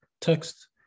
text